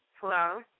hello